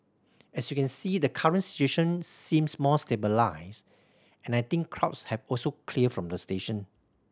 as you can see the current situation seems more stabilised and I think crowds have also cleared from the station